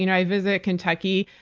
you know i visit kentucky.